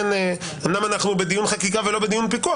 אמנם אנחנו בדיון חקיקה ולא בדיון פיקוח,